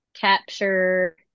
capture